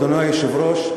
אדוני היושב-ראש,